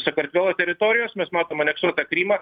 sakartvelo teritorijos mes matom aneksuotą krymą